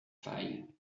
faye